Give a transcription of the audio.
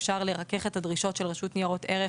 אפשר לרכך את הדרישות של רשות ניירות ערך